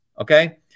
okay